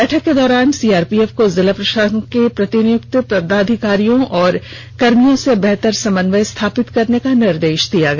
बैठक के दौरान सीआरपीएफ को जिला प्रशासन के प्रतिनियुक्त पदाधिकारियों और कर्मियों से बेहतर समन्वय स्थापित करने का निर्देश दिया गया